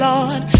Lord